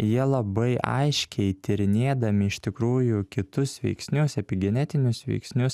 jie labai aiškiai tyrinėdami iš tikrųjų kitus veiksnius epigenetinius veiksnius